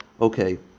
Okay